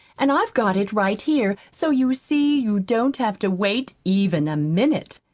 and i've got it right here, so you see you don't have to wait, even a minute,